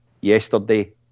Yesterday